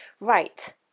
Right